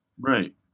Right